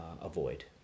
avoid